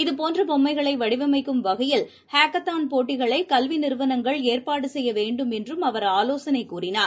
இதபோன்றபொம்மைகளைவடிவமைக்கும் வகையில் ஹாக்கத்தாள் போட்டிகளைகல்விநிறுவனங்கள் ஏற்பாடுசெய்யவேண்டும் என்றும் அவர் யோசனைகூறினார்